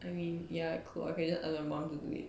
I mean ya I could just allow mom to do it